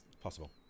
Possible